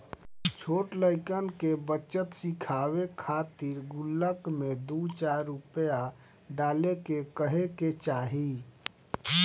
छोट लइकन के बचत सिखावे खातिर गुल्लक में दू चार रूपया डाले के कहे के चाही